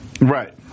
Right